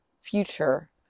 future